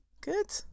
Good